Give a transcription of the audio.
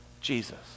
Jesus